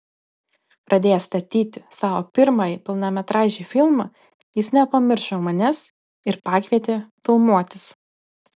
pradėjęs statyti savo pirmąjį pilnametražį filmą jis nepamiršo manęs ir pakvietė filmuotis